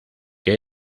que